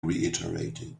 reiterated